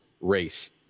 race